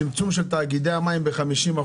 צמצום של תאגידי המים ב-50%.